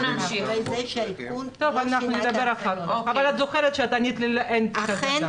נדבר אחר כך, אבל את זוכרת שענית לי שאין כזה דבר.